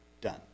done